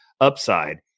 upside